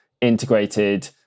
integrated